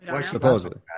Supposedly